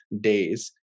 days